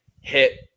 hit